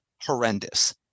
horrendous